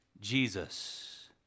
Jesus